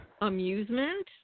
Amusement